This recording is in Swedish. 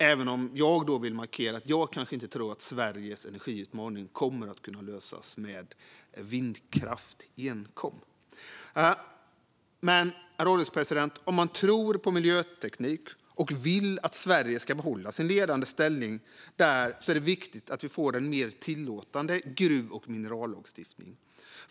Låt mig dock markera att jag inte tror att Sveriges energiutmaning kommer att kunna lösas med enkom vindkraft. Herr ålderspresident! Om man tror på miljöteknik och vill att Sverige ska behålla sin ledande ställning är det viktigt att vi får en mer tillåtande gruv och minerallagstiftning.